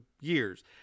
years